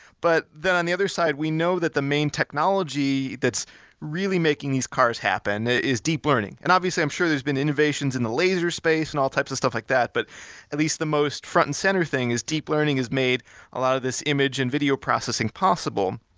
but on the other side, we know that the main technology that's really making these cars happen is deep learning. and obviously, i'm sure there's been innovations in the laser space and all types of stuff like that, but at least the most front and center thing is deep learning has made a lot of these image and video processing possible,